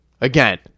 again